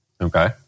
Okay